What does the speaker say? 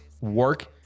work